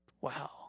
wow